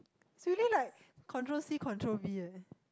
it's really like control C control V eh